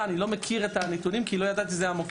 ימים אבל אני לא מכיר את הנתונים כי לא ידעתי שזה המוקד.